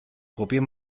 probier